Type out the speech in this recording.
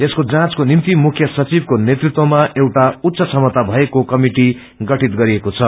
यसको जाँचको निम्ति मुख्य सचिवको नेतृत्वमा एउटा उच्च क्षमता मएको कमिटि गठित गरिएको छ